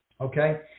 okay